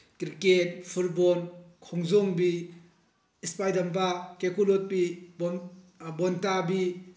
cricket football ꯈꯣꯡꯖꯣꯡꯕꯤ ꯏꯁꯄꯥꯏꯠ ꯗꯝꯄꯥ ꯀꯦꯀꯨ ꯂꯣꯠꯄꯤ ꯕꯣꯟꯇꯥꯕꯤ